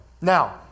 Now